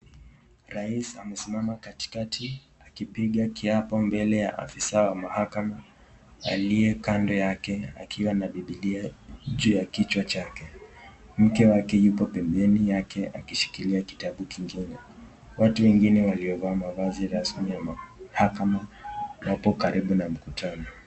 Rais amesimama katikati akipiga kiapo mbele ya maafisa ya mahakama aliye kando yake akiwa na bibilia juu ya kichwa chake. Mke wake yupo pembeni yake akishikilia kitabu kingine. Watu wengine waliovaa mavazi ya rasmi ya mahakama wapo karibu na mkutano.